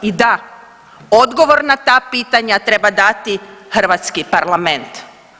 I da, odgovor na ta pitanja treba dati hrvatski parlament.